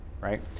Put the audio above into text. right